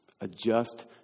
Adjust